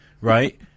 right